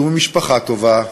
הוא ממשפחה טובה,